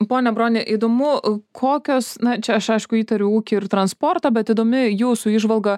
pone broni įdomu kokios na čia aš aišku įtariu ūkį ir transportą bet įdomi jūsų įžvalga